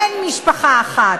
אין משפחה אחת.